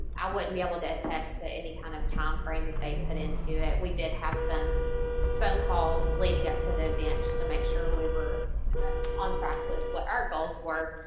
i wouldn't be able to attest to any kind of timeframe that they put into it. we did have some phone calls leading up to the event just to make sure we were on track with what our goals were,